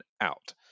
out